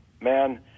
man